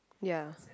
ya